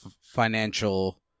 financial